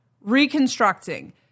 Reconstructing